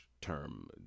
term